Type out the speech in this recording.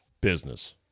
business